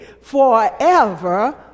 forever